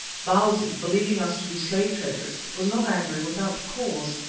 bausi, believing us to be slave-traders, was not angry without cause.